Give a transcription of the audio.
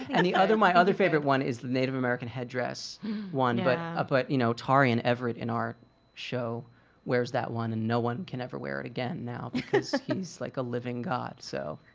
and the other my other favorite one is the native american headdress one but, ah but you know tarean everett in our show wears that one and no one can ever wear it again now because he's like a living god. so,